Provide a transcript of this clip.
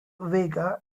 vega